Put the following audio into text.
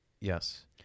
Yes